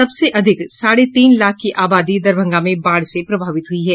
सबसे अधिक साढ़े तीन लाख की आबादी दरभंगा में बाढ़ से प्रभावित हुई है